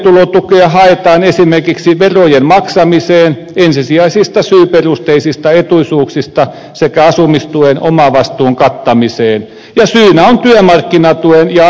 nyt toimeentulotukea haetaan esimerkiksi verojen maksamiseen ensisijaisista syyperusteisista etuisuuksista sekä asumistuen omavastuun kattamiseen ja syynä on työmarkkinatuen ja asumistuen liian matala taso